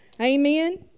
Amen